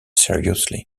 seriously